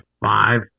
five